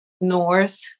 north